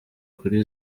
kuri